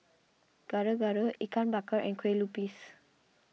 Gado Gado Ikan Bakar and Kueh Lupis